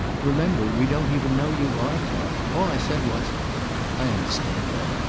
remember, we don't even know you are clark. all i said was i understand that.